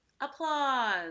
applause